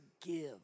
give